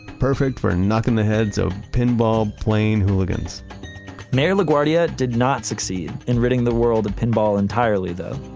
perfect for knocking the heads of pinball-playing hooligans mayor laguardia did not succeed in running the world at pinball entirely, though.